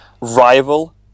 rival